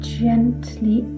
gently